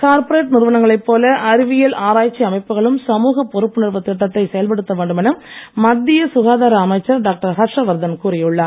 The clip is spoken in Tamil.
கார்பொரேட் நிறுவனங்களை போல அறிவியல் ஆராய்ச்சி அமைப்புகளும் சமூக பொறுப்புணர்வு திட்டத்தை செயல்படுத்த வேண்டும் என மத்திய சுகாதார அமைச்சர் டாக்டர் ஹர்ஷ்வர்தன் கூறியுள்ளார்